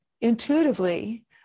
intuitively